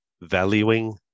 valuing